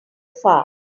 far